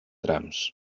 trams